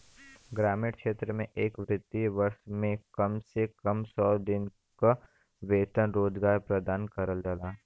ग्रामीण क्षेत्र में एक वित्तीय वर्ष में कम से कम सौ दिन क वेतन रोजगार प्रदान करल जाला